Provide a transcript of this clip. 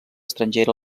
estrangera